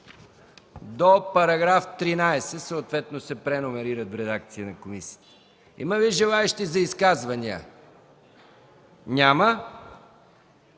до § 13, които съответно се преномерират в редакцията на комисията. Има ли желаещи за изказване? Няма.